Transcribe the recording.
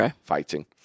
fighting